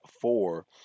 four